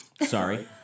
Sorry